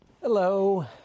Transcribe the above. Hello